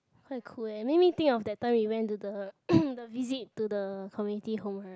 quite cool ya make me think of that time we went to the the visit to the community home right